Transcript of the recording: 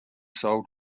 sold